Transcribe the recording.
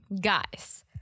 Guys